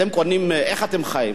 איך אתם חיים?